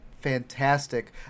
fantastic